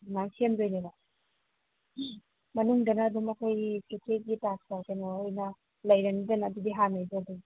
ꯑꯗꯨꯃꯥꯏꯅ ꯁꯦꯝꯗꯣꯏꯅꯦꯕ ꯃꯅꯨꯡꯗꯅ ꯑꯗꯨꯝ ꯑꯩꯈꯣꯏ ꯀꯦꯐꯦꯒꯤ ꯇꯥꯏꯞꯇ ꯀꯩꯅꯣ ꯑꯣꯏꯅ ꯂꯩꯔꯅꯤꯗꯅ ꯑꯗꯨꯗꯤ ꯍꯥꯟꯅꯩꯗꯣ ꯑꯗꯨꯝ